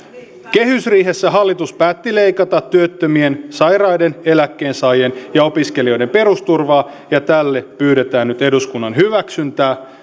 kehysriihessä hallitus päätti leikata työttömien sairaiden eläkkeensaajien ja opiskelijoiden perusturvaa ja tälle pyydetään nyt eduskunnan hyväksyntää